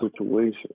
situation